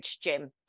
gym